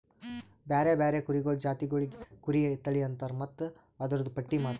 ಬ್ಯಾರೆ ಬ್ಯಾರೆ ಕುರಿಗೊಳ್ದು ಜಾತಿಗೊಳಿಗ್ ಕುರಿ ತಳಿ ಅಂತರ್ ಮತ್ತ್ ಅದೂರ್ದು ಪಟ್ಟಿ ಮಾಡ್ತಾರ